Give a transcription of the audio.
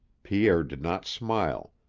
pierre did not smile.